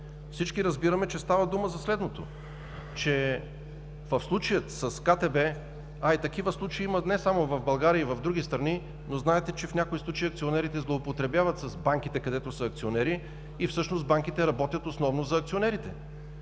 Всички разбираме, че става дума за следното: в случая с КТБ, а такива случаи има не само в България, а и в други страни, знаете, че в някои случаи акционерите злоупотребяват с банките, където са акционери, и всъщност банките работят основно за акционерите.